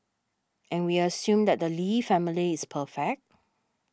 and we assume that the Lee family is perfect